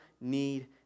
need